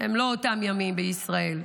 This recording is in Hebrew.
הם לא אותם ימים בישראל,